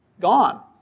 gone